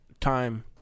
time